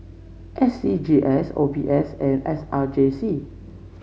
S C G S O B S and S R J C